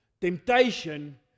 Temptation